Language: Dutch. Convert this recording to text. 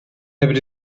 hebben